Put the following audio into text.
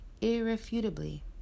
irrefutably